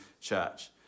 church